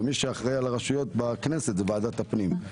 ומי שאחראי על הרשויות בכנסת זה ועדת הפנים.